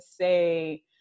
say